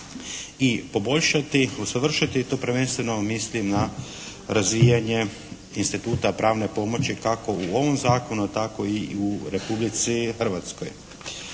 i poboljšati, usavršiti i tu prvenstveno mislim na razvijanje instituta pravne pomoći kako u ovom zakonu tako i u Republici Hrvatskoj.